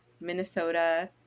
Minnesota